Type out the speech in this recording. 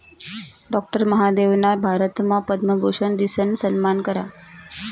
doctor महादेवना भारतमा पद्मभूषन दिसन सम्मान करा